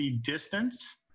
distance